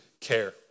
care